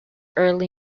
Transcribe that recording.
early